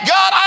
God